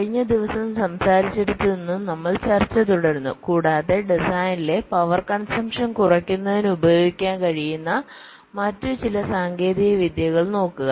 കഴിഞ്ഞ ദിവസം സംസാരിച്ചിടത്തുനിന്നും നമ്മൾ ചർച്ച തുടരുന്നു കൂടാതെ ഡിസൈനിലെ പവർ കൺസംപ്ഷൻ കുറയ്ക്കുന്നതിന് ഉപയോഗിക്കാൻ കഴിയുന്ന മറ്റ് ചില സാങ്കേതിക വിദ്യകൾ നോക്കുക